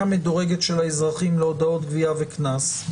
מדורגת של האזרחים להודעות גבייה וקנס,